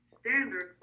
standard